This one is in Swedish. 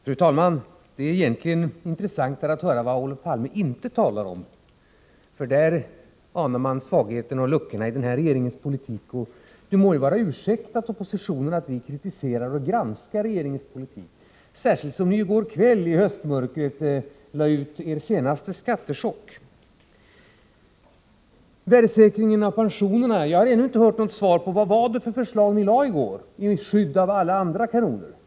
Fru talman! Det är egentligen intressantare att höra vad Olof Palme inte talar om — för där anar man svagheterna och luckorna i den här regeringens politik. Det må ju vara ursäktat oppositionen att vi kritiserar och granskar regeringens politik, särskilt som ni i går kväll i höstmörkret kom med er senaste skattechock. När det gäller värdesäkringen av pensionerna har jag ännu inte hört något svar på frågan vad det var för förslag ni lade fram i går — i skydd av alla andra kanoner.